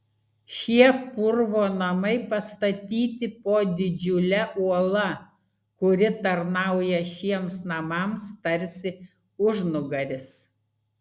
šie purvo namai pastatyti po didžiule uola kuri tarnauja šiems namams tarsi užnugaris